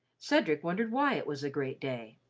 cedric wondered why it was a great day.